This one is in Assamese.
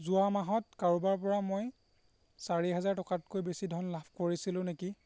যোৱা মাহত কাৰোবাৰপৰা মই চাৰি হাজাৰ টকাতকৈ বেছি ধন লাভ কৰিছিলোঁ নেকি